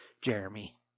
Jeremy